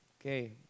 Okay